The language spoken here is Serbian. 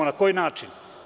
Na koji način?